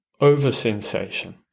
over-sensation